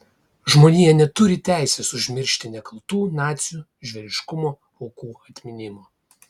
žmonija neturi teisės užmiršti nekaltų nacių žvėriškumo aukų atminimo